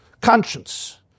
Conscience